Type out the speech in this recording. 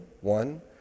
one